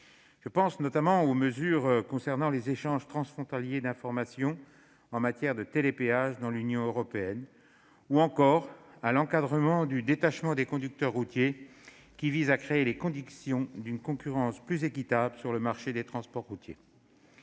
Je pense notamment aux dispositions concernant les échanges transfrontaliers d'informations en matière de télépéage dans l'Union européenne, ou encore à l'encadrement du détachement des conducteurs routiers, qui vise à créer les conditions d'une concurrence plus équitable sur le marché des transports routiers.